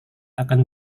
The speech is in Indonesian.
akan